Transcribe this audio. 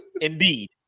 Indeed